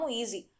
easy